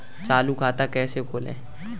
चालू खाता कैसे खोलें?